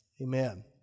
amen